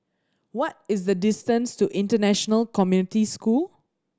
what is the distance to International Community School